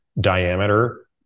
diameter